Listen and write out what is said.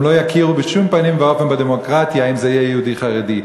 הם לא יכירו בשום פנים ואופן בדמוקרטיה אם זה יהיה יהודי חרדי.